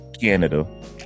Canada